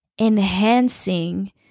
enhancing